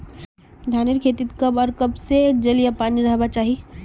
धानेर खेतीत कब आर कब से जल या पानी रहबा चही?